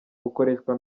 bukoreshwa